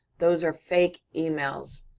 those are fake emails,